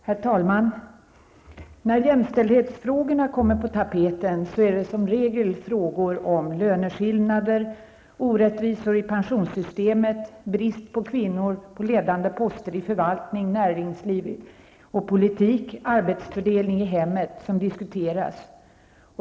Herr talman! När jämställdhetsfrågorna kommer på tapeten är det som regel fråga om löneskillnader, orättvisor i pensionssystemet, brist på kvinnor på ledande poster i förvaltning, näringsliv och politik eller arbetsfördelningen i hemmet som diskuteras.